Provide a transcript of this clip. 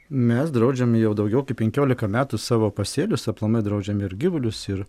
mes draudžiam jau daugiau kaip penkiolika metų savo pasėlius aplamai draudžiam ir gyvulius ir